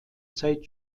zeit